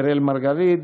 אראל מרגלית,